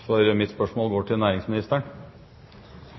for mitt spørsmål går til næringsministeren.